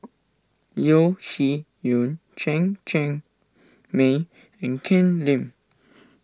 Yeo Shih Yun Chen Cheng Mei and Ken Lim